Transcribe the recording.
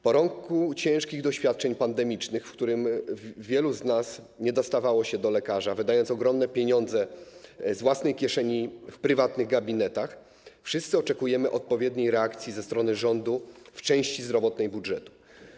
Po roku ciężkich doświadczeń pandemicznych, w którym wielu z nas nie dostawało się do lekarza i wydawało ogromne pieniądze z własnej kieszeni w prywatnych gabinetach, wszyscy oczekujemy odpowiedniej reakcji ze strony rządu w części zdrowotnej budżetu.